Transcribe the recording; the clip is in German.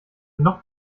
noch